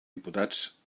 diputats